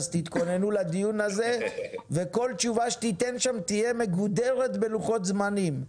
תתכוננו לדיון הזה וכל תשובה שתיתן שם תהיה מגודרת בלוחות זמנים,